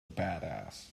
badass